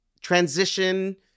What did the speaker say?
transition